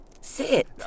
Sit